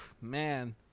man